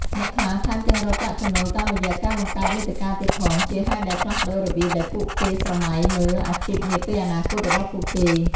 អ្នកខ្លះថែមទាំងរកប្រាក់ចំណូលតាមរយៈការបង្កើតមាតិកាទៀតផង ជាហេតុដែលផ្លាស់ប្តូររបៀបដែលពួកគេស្រមៃមើលអាជីពនាពេលអនាគតរបស់ពួកគេ។